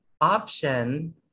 option